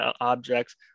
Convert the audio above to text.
objects